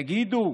תגידו,